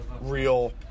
real